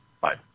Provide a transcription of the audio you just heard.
Bye